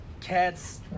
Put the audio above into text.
cats